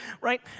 right